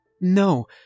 No